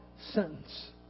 sentence